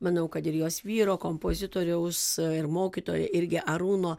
manau kad ir jos vyro kompozitoriaus ir mokytojo irgi arūno